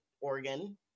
Oregon